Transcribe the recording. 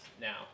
now